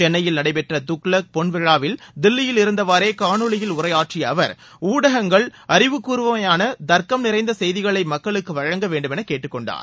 சென்னையில் நடைபெற்ற துக்ளக் பொன்விழாவில் தில்லியில் இருந்தவாரே காணொலியில் உரையாற்றிய அவர் ஊடகங்கள் அறிவுக்கூர்மயான தர்க்கம் நிறைந்த செய்திகளை மக்களுக்கு வழங்க வேண்டுமென கேட்டுக்கொண்டார்